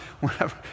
whenever